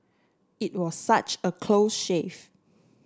it was such a close shave